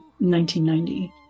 1990